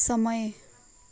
समय